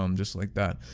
um just like that.